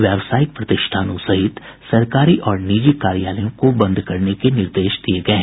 व्यावसायिक प्रतिष्ठानों सहित सरकारी और निजी कार्यालयों को बंद करने के निर्देश दिये गये हैं